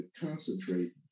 concentrate